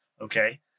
Okay